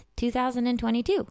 2022